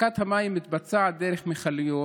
אספקת המים מתבצעת דרך מכליות,